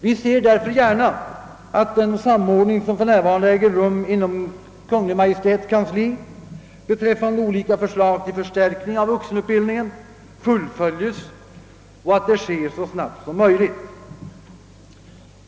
Vi ser därför gärna att den samordning, som för närvarande äger rum inom Kungl. Maj:ts kansli beträffande olika förslag till förstärkning av vuxenutbildningen, fullföljes så snabbt som möjligt.